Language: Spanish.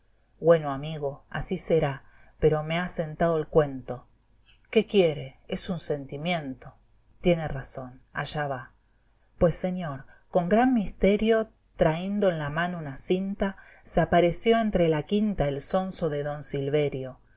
güeno amigo así será pero me ha sentao el cuento qué quiere es un sentimiento tiene razón allá va pues señor con gran misterio traindo en la mano una cinta se apareció entre la quinta el sonso de don silverio